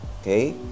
okay